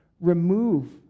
remove